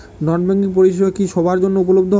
নন banking পরিষেবা কি সবার জন্য উপলব্ধ?